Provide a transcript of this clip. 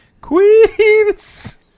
Queens